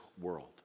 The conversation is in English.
world